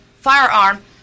firearm